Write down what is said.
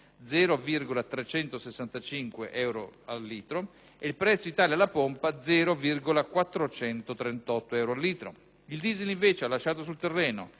0,365 euro al litro e il prezzo Italia alla pompa 0,438 euro a litro. Il diesel invece ha lasciato sul terreno